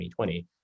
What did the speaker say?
2020